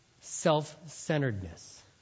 self-centeredness